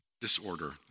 disorder